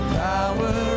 power